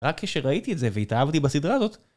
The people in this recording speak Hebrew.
רק כשראיתי את זה והתאהבתי בסדרה הזאת